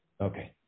Okay